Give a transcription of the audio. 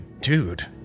dude